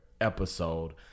episode